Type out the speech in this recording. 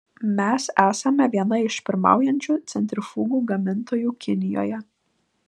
mes esame viena iš pirmaujančių centrifugų gamintojų kinijoje